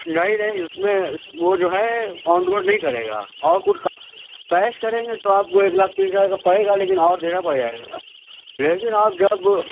نہیں نہیں اس میں وہ جو ہے آن روڈ نہیں کرے گا اور کچھ کا کیش کریں گے تو آپ کو لاکھ تیس ہزار کا پڑے گا لیکن اور دینا پڑ جائے لیکن آپ جب